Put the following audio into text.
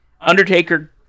Undertaker